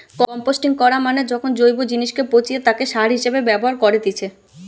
composting করা মানে যখন জৈব জিনিসকে পচিয়ে তাকে সার হিসেবে ব্যবহার করেতিছে